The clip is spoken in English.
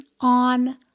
on